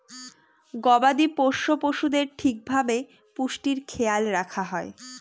গবাদি পোষ্য পশুদের ঠিক ভাবে পুষ্টির খেয়াল রাখা হয়